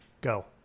Go